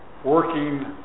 working